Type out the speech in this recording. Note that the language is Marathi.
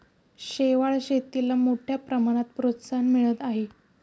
शेवाळ शेतीला मोठ्या प्रमाणात प्रोत्साहन मिळत आहे